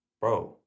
bro